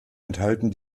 enthalten